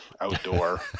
outdoor